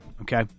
Okay